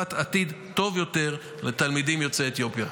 והבטחת עתיד טוב יותר לתלמידים יוצאי אתיופיה.